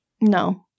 No